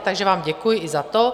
Takže vám děkuji i za to.